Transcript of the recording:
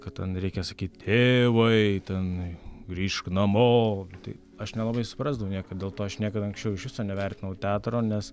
kad ten reikia sakyt tėvai tenai grįžk namo tai aš nelabai suprasdavau niekad dėl to aš niekad anksčiau iš viso nevertinau teatro nes